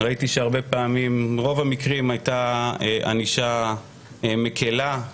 ראיתי שברוב המקרים הייתה ענישה מקילה,